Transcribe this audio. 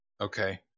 Okay